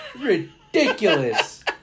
ridiculous